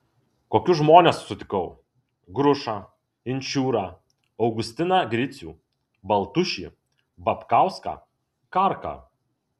kokius žmones sutikau grušą inčiūrą augustiną gricių baltušį babkauską karką